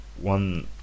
one